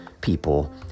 people